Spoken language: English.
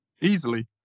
easily